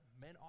men